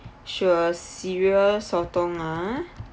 sure cereal sotong ah